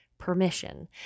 permission